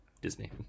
disney